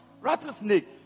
rattlesnake